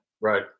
Right